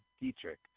Dietrich